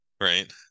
Right